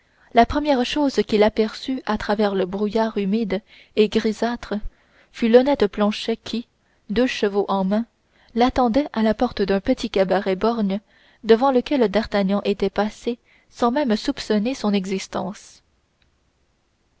la première chose qu'il aperçut à travers le brouillard humide et grisâtre fut l'honnête planchet qui les deux chevaux en main l'attendait à la porte d'un petit cabaret borgne devant lequel d'artagnan était passé sans même soupçonner son existence